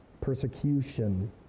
persecution